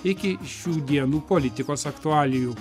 iki šių dienų politikos aktualijų